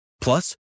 Plus